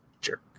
jerk